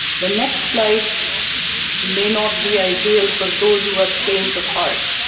the next slide may not be ideal for those who are faint of heart,